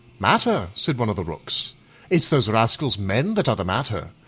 matter? said one of the rooks it's those rascals, men, that are the matter.